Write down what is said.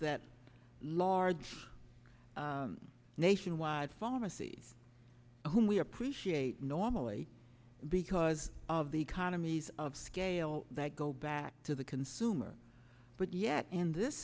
that large nationwide pharmacies whom we appreciate normally because of the economies of scale that go back to the consumer but yet in this